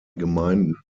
gemeinden